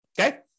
okay